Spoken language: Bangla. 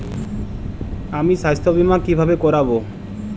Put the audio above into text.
আমি স্বাস্থ্য বিমা কিভাবে করাব?